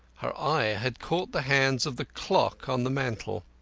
her eye had caught the hands of the clock on the mantel.